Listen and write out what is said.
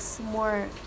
more